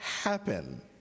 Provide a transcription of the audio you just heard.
happen